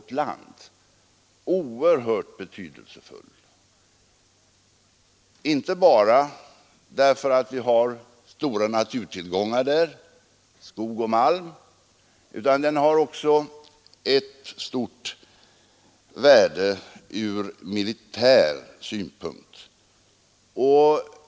Den delen är oerhört betydelsefull, inte bara därför att det finns stora naturtillgångar där — skog och mark — utan därför att den också har stort värde från militär synpunkt.